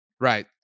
Right